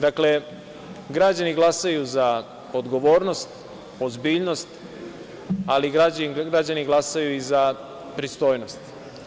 Dakle, građani glasaju za odgovornost, ozbiljnost, ali građani glasaju za pristojnost.